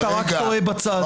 אתה רק טועה בצד.